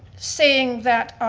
saying that